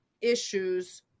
issues